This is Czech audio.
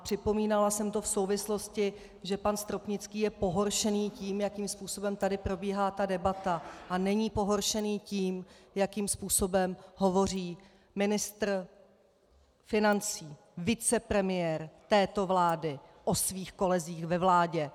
Připomínala jsem to v té souvislosti, že pan ministr Stropnický je pohoršený tím, jakým způsobem tady probíhá ta debata, a není pohoršený tím, jakým způsobem hovoří ministr financí, vicepremiér této vlády, o svých kolezích ve vládě.